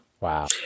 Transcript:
wow